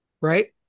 right